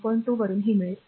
2 वापरुन हे मिळेल